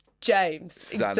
James